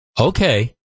Okay